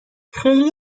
خیلی